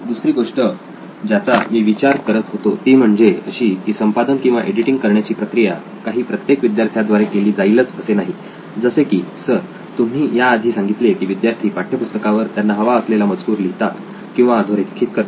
दुसरी गोष्ट ज्याचा मी विचार करत होतो ती म्हणजे अशी की संपादन किंवा एडिटिंग करण्याची प्रक्रिया काही प्रत्येक विद्यार्थ्याद्वारे केली जाईलच असे नाही जसे की सर तुम्ही या आधी सांगितले की विद्यार्थी पाठ्यपुस्तकावर त्यांना हवा असलेला मजकूर लिहितात किंवा अधोरेखित करतात